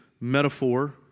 metaphor